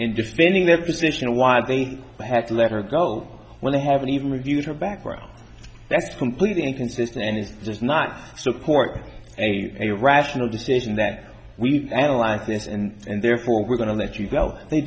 in defending their position why they had to let her go when they haven't even reviewed her background that's completely inconsistent and does not support a a rational decision that we've analyzed it and therefore we're going to let you go they